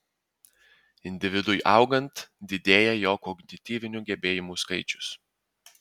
individui augant didėja jo kognityvinių gebėjimų skaičius